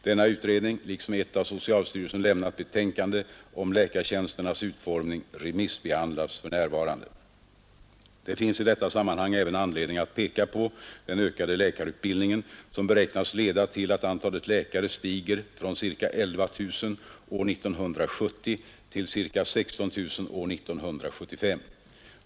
Denna utredning liksom ett av socialstyrelsen lämnat betänkande om läkartjänsternas utformning remissbehandlas för närvarande. Det finns i detta sammanhang även anledning att peka på den ökade läkarutbildningen, som beräknas leda till att antalet läkare stiger från ca 11 000 år 1970 till ca 16 000 år 1975.